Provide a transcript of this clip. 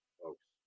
folks